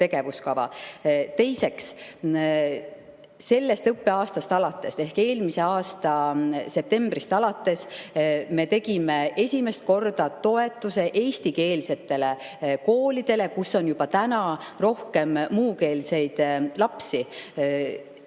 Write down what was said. Teiseks, sellest õppeaastast alates ehk eelmise aasta septembris me tegime esimest korda toetuse eestikeelsetele koolidele, kus on juba täna rohkem muukeelseid lapsi.